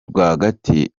rwagati